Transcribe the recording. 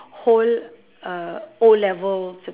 whole uh O-level cer~